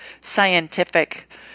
scientific